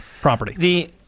property